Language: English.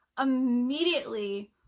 immediately